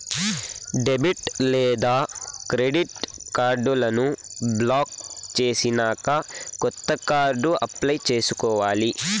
debit లేదా credit కార్డులను block చేసినాక కొత్త కార్డు అప్లై చేసుకోవాలి